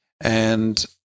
And-